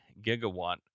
gigawatt